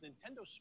Nintendo